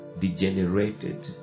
degenerated